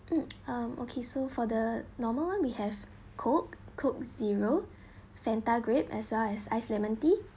mm um okay so for the normal one we have coke coke zero Fanta grape as ice ice lemon tea